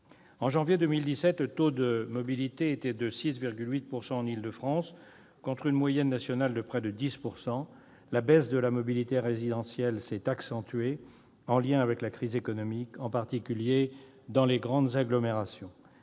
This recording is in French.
En janvier 2017, le taux de mobilité était de 6,8 % en Île-de-France, contre une moyenne nationale de près de 10 %. La baisse de la mobilité résidentielle s'est accentuée, en lien avec la crise économique, en particulier dans les grandes agglomérations.